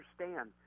understand